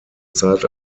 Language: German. zeit